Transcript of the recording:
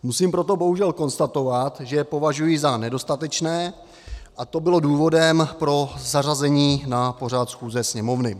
Musím proto bohužel konstatovat, že je považuji za nedostatečné, a to bylo důvodem pro zařazení na pořad schůze Sněmovny.